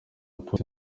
polisi